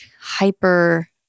hyper